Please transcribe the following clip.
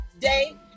day